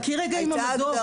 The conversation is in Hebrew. חכי עם המדור.